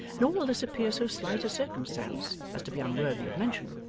nor will this appear so slight a circumstance as to be unworthy of mention,